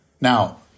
Now